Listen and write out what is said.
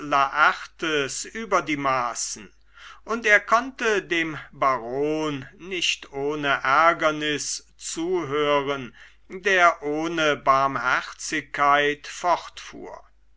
laertes über die maßen und er konnte dem baron nicht ohne ärgernis zuhören der ohne barmherzigkeit fortfuhr